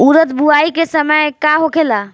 उरद बुआई के समय का होखेला?